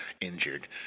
injured